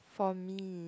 for me